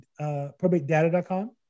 probatedata.com